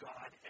God